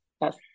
Yes